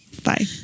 Bye